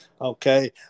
Okay